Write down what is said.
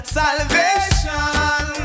salvation